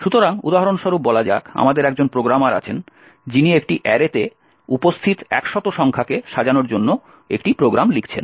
সুতরাং উদাহরণ স্বরূপ বলা যাক আমাদের একজন প্রোগ্রামার আছেন যিনি একটি অ্যারেতে উপস্থিত একশত সংখ্যাকে সাজানোর জন্য একটি প্রোগ্রাম লিখছেন